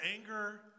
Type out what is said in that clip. anger